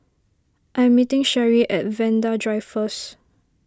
I'm meeting Cherrie at Vanda Drive first